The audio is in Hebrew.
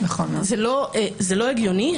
זה לא הגיוני.